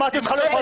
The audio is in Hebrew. שמעתי אותך.